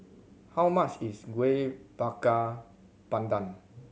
how much is Kueh Bakar Pandan